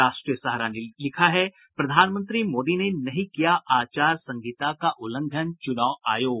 राष्ट्रीय सहारा ने लिखा है प्रधानमंत्री मोदी ने नहीं किया आचार संहिता का उल्लंघन चुनाव आयोग